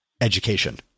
education